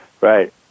Right